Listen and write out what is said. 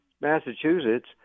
Massachusetts